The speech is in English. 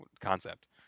concept